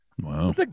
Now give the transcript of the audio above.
Wow